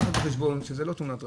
צריך לקחת בחשבון שזה לא תאונת דרכים,